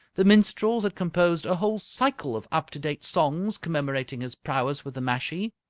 the minstrels had composed a whole cycle of up-to-date songs, commemorating his prowess with the mashie.